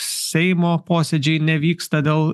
seimo posėdžiai nevyksta dėl